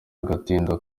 agatinda